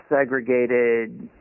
segregated